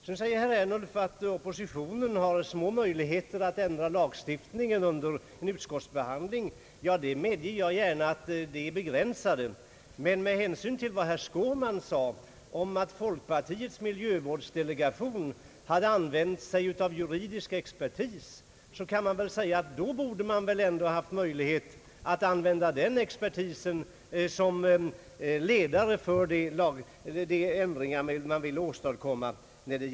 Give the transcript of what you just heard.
Sedan säger herr Ernulf att oppositionen har små möjligheter att ändra en lagstiftning under utskottsbehandlingen. Jag medger gärna att möjligheterna är begränsade, men med hänsyn till att, enligt vad herr Skårman sade, folkpartiets miljövårdsdelegation använt sig av juridisk expertis borde man väl ändå haft möjlighet att använda den expertisen för att utarbeta de ändringar av lagen man velat åstadkomma.